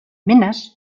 minas